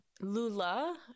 Lula